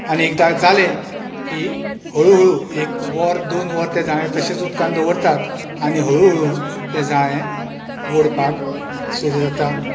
आनी एकदा जाले की हळू हळू एक वर दोन वर तशेंच उदकान दवरतात आनी हळूहळू तें जाळे ओडपाक सुरूं जाता